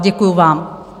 Děkuji vám.